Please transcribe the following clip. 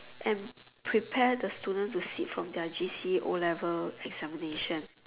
and prepare the students to sit for their G_C_E O-Level examination